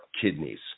kidneys